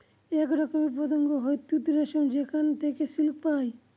এক রকমের পতঙ্গ হয় তুত রেশম যেখানে থেকে সিল্ক পায়